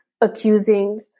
accusing